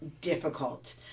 difficult